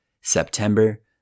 September